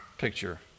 Picture